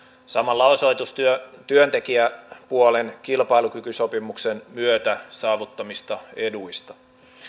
samalla osoitus työntekijäpuolen kilpailukykysopimuksen myötä saavuttamista eduista